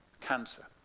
Cancer